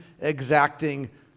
exacting